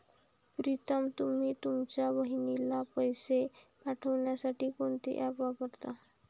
प्रीतम तुम्ही तुमच्या बहिणीला पैसे पाठवण्यासाठी कोणते ऍप वापरता?